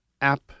App